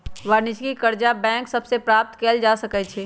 वाणिज्यिक करजा बैंक सभ से प्राप्त कएल जा सकै छइ